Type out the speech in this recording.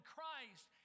Christ